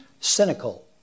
cynical